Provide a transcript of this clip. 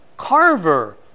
Carver